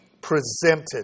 presented